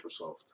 Microsoft